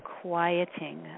quieting